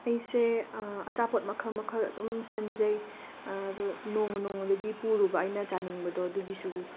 ꯑꯩꯁꯦ ꯑꯆꯥꯄꯣꯠ ꯃꯈꯜ ꯃꯈꯜ ꯑꯗꯨꯝ ꯁꯦꯝꯖꯩ ꯑꯗꯣ ꯅꯣꯡꯃ ꯅꯣꯡꯃꯗꯨꯒꯤ ꯄꯨꯔꯨꯕ ꯑꯩꯅ ꯆꯥꯅꯤꯡꯕꯗꯣ ꯑꯗꯨꯒꯤꯁꯨ